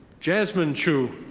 jasmine chu.